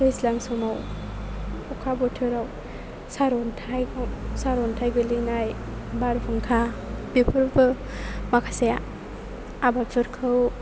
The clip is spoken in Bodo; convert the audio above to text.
दैज्लां समाव अखा बोथोराव सार'न्थाइ गोग्लैनाय बारहुंखा बेफोरबो माखासे आबादफोरखौ